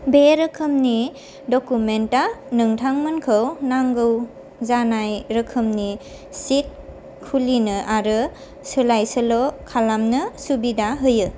बे रोखोमनि डकुमेन्टआ नोंथांमोनखौ नांगौ जानाय रोखोमनि शिट खुलिनो आरो सोलायसोल' खालामनो सुबिदा होयो